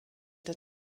der